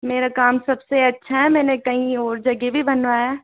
मेरा काम सब से अच्छा है मैंने कई और जगह भी बनवाया है